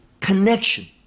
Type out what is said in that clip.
connection